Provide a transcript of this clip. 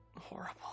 Horrible